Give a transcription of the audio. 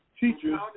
teachers